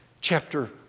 chapter